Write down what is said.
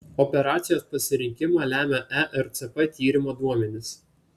operacijos pasirinkimą lemia ercp tyrimo duomenys